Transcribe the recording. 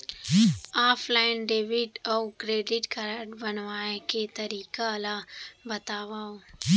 Offline debit अऊ credit card बनवाए के तरीका ल बतावव?